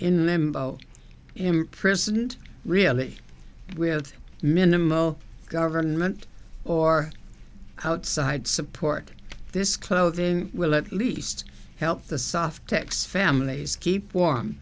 in limbo imprisoned reality with minimal government or outside support this clothing will at least help the soft x families keep warm